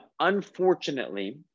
unfortunately